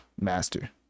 master